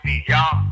y'all